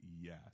yes